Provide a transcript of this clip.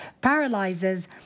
paralyzes